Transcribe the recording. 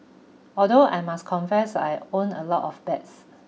although I must confess I won a lot of bets